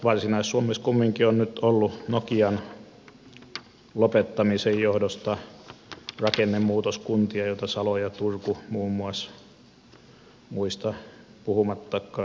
varsinais suomessa kumminkin on nyt ollut nokian lopettamisen johdosta rakennemuutoskuntia salo ja turku muun muassa muista puhumattakaan